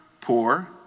poor